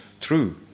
true